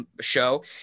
show